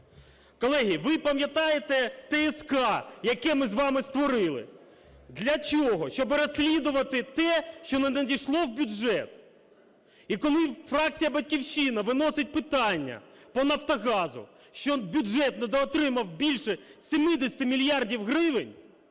Колеги, ви пам'ятаєте ТСК, яку ми з вами створили? Для чого? Щоби розслідувати те, що не надійшло в бюджет. І коли фракція "Батьківщина" виносить питання по "Нафтогазу", що бюджет недоотримав більше 70 мільярдів гривень,